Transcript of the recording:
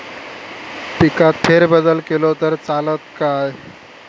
पिकात फेरबदल केलो तर चालत काय?